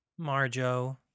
Marjo